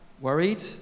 Worried